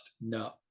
No